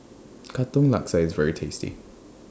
Katong Laksa IS very tasty